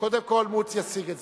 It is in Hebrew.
קודם כול מוץ יציג את